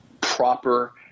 proper